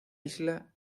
isla